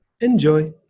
Enjoy